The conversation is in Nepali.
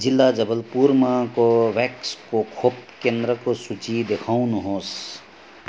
जिल्ला जबलपुरमा कोभाभ्याक्सको खोप केन्द्रको सूची देखाउनुहोस्